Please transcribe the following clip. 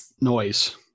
noise